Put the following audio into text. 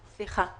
סליחה.